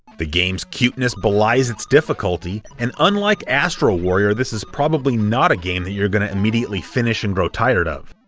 the game's cuteness belies it's difficulty, and unlike astro warrior, this is probably not a game that you're going to immediately finish and grow tired of.